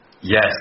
Yes